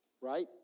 right